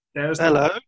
hello